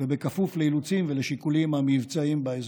וכפוף לאילוצים ולשיקולים המבצעיים באזור.